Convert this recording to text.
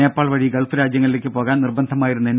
നേപ്പാൾ വഴി ഗൾഫ് രാജ്യങ്ങളിലേക്ക് പോകാൻ നിർബന്ധമായിരുന്ന എൻ